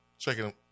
Checking